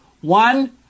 One